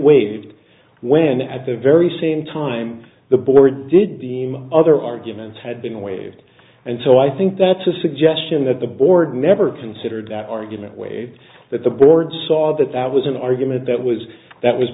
waived when at the very same time the board did beam other arguments had been waived and so i think that's a suggestion that the board never considered that argument way that the board saw that that was an argument that was that was